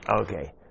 Okay